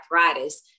arthritis